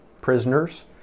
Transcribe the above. prisoners